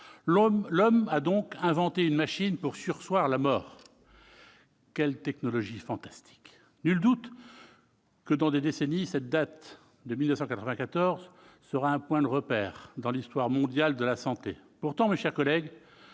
L'homme a donc inventé une machine pour surseoir à la mort. Quelle technologie fantastique ! Nul doute que, dans des décennies, cette année 1994 sera un point de repère dans l'histoire mondiale de la santé. Pourtant, mes chers collègues,